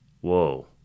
whoa